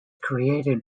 created